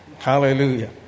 Hallelujah